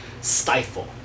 stifle